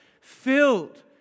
filled